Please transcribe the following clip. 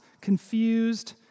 confused